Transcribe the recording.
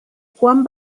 juan